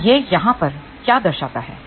तोयह यहाँ पर क्या दर्शाता है